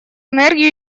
энергию